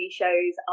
shows